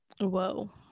Whoa